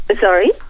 Sorry